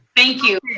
thank you.